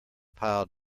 pile